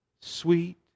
Sweet